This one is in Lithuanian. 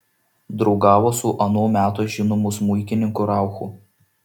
draugavo su ano meto žinomu smuikininku rauchu